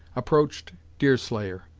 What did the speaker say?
approached deerslayer,